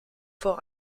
vor